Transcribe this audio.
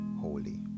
holy